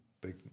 Big